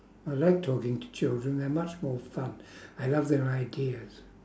I like talking to children they're much more fun I love their ideas